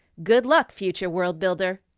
good luck, future world-builder!